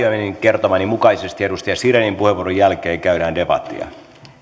kertomani mukaisesti edustaja sirenin puheenvuoron jälkeen käydään debattia